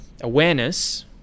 awareness